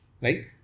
right